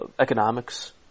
economics